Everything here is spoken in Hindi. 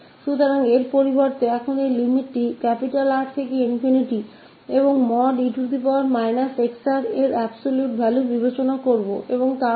तो बजाय इस बात का अब हम यहाँ इस limit का विचार कर रहे हैं 𝑅 से ∞ और